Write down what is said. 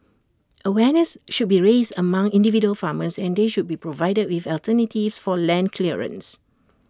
awareness should be raised among individual farmers and they should be provided with alternatives for land clearance